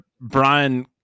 Brian